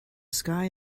sky